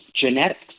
genetics